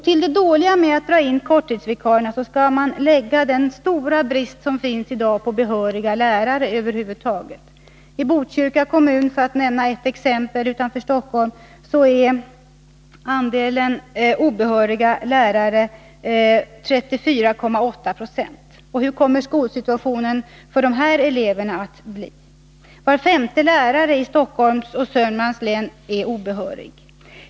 Till det dåliga med att dra in korttidsvikarierna skall läggas den stora brist på behöriga lärare över huvud taget som finns i dag. I Botkyrka kommun utanför Stockholm, för att nämna ett exempel, är andelen obehöriga lärare 34,8 20. Hur kommer skolsituationen för dessa elever att bli? Var femte lärare i Stockholms län och Södermanlands län är obehörig.